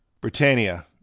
Britannia